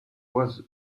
was